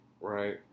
right